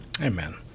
Amen